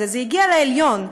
זה הגיע לעליון.